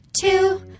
Two